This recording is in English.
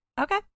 Okay